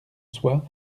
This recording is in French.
soi